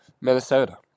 Minnesota